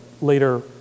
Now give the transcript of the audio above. later